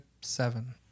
seven